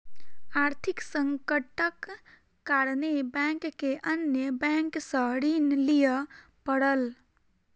आर्थिक संकटक कारणेँ बैंक के अन्य बैंक सॅ ऋण लिअ पड़ल